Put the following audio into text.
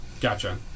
Gotcha